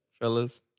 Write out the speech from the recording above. fellas